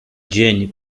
dzień